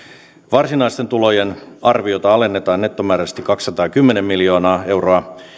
varsinaisten tulojen arviota alennetaan nettomääräisesti kaksisataakymmentä miljoonaa euroa